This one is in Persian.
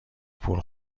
پول